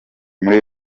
muri